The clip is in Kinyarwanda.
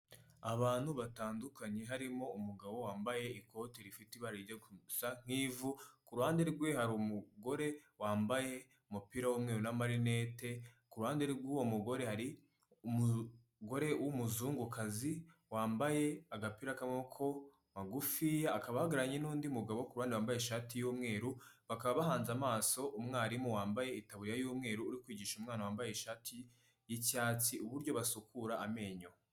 Abantu batandukanye harimo umugabo wambaye ikote rifite ibara rijya gusa nk'ivu, ku ruhande rwe hari umugore wambaye umupira w'umweru n'amarinete, ku ruhande rw'uwo mugore hari umugore w'umuzungukazi wambaye agapira k'amaboko magufiya, akaba ahagararanye n'undi mugabo ku ruhande wambaye ishati y'umweru, bakaba bahanze amaso umwarimu wambaye itaburiya y'umweru, uri kwigisha umwana wambaye ishati y'icyatsi, uburyo basukura amenyo.